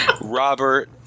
Robert